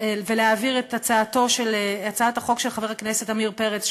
ולהעביר את הצעת החוק של חבר הכנסת עמיר פרץ,